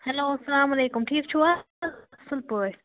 hello سلام علیکُم ٹھیٖک چھُو حظ اَصٕل پٲٹھۍ